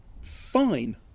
fine